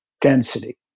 density